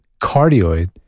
cardioid